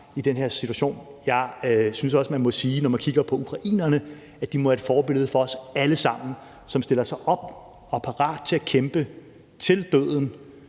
i den her situation. Jeg synes også, man må sige, når man kigger på ukrainerne, at de må være et forbillede for os alle sammen. De stiller sig op og er parate til at kæmpe til døden